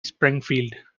springfield